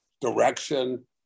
direction